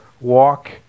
walk